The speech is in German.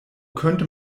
könnte